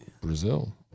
Brazil